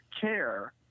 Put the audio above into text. care